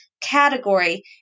category